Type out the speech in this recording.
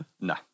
No